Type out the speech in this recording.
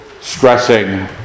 stressing